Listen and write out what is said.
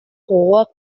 gogoak